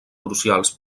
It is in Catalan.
crucials